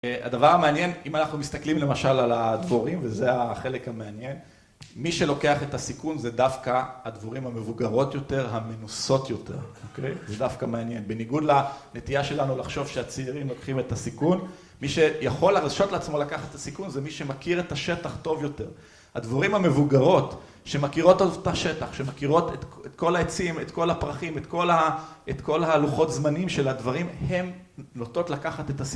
הדבר המעניין, אם אנחנו מסתכלים למשל על הדבורים, וזה החלק המעניין, מי שלוקח את הסיכון, זה דווקא הדבורים המבוגרות יותר, המנוסות יותר, אוקיי? זה דווקא מעניין. בניגוד לנטייה שלנו לחשוב שהצעירים לוקחים את הסיכון, מי שיכול להרשות לעצמו לקחת את הסיכון, זה מי שמכיר את השטח טוב יותר. הדבורים המבוגרות, שמכירות טוב את השטח, שמכירות את כל העצים, את כל הפרחים, את כל הלוחות זמנים של הדברים, ‫הן נוטות לקחת את ה...